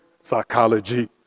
psychology